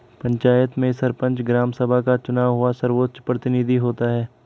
पंचायत में सरपंच, ग्राम सभा का चुना हुआ सर्वोच्च प्रतिनिधि होता है